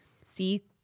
see